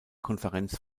konferenz